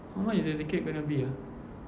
how much is the ticket gonna be ah